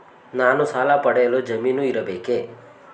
ನಾನು ಸಾಲ ಪಡೆಯಲು ಜಾಮೀನು ನೀಡಬೇಕೇ?